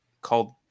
called